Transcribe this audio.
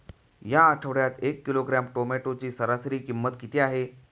या आठवड्यात एक किलोग्रॅम टोमॅटोची सरासरी किंमत किती आहे?